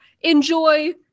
enjoy